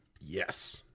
Yes